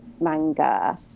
manga